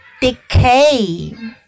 decay